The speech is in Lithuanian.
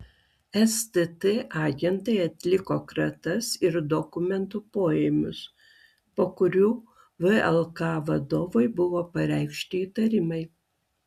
stt agentai atliko kratas ir dokumentų poėmius po kurių vlk vadovui buvo pareikšti įtarimai